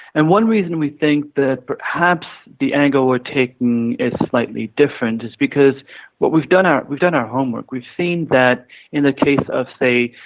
and one reason we think that perhaps the angle we are taking is slightly different is because what we've done, we've done our homework. we've seen that in the case of, say,